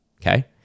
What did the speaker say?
Okay